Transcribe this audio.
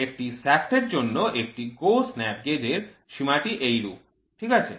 একটি শ্যাফ্টের জন্য একটি GO snap gauge এর সীমাটি এই রূপ ঠিক আছে